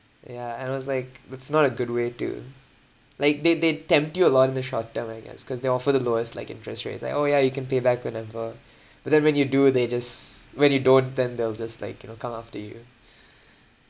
yeah and it was like that's not a good way to like they they tempt you a lot in the short term I guess cause they offer the lowest like interest rates like oh ya you can pay back whenever but then when you do they just when you don't then they'll just like you know come after you yeah